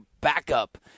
backup